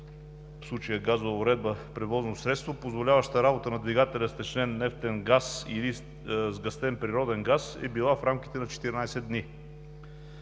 в случая газова уредба в превозно средство, позволяваща работа на двигателя с втечнен нефтен газ или сгъстен природен газ, е била в рамките на 14 дни,